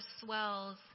swells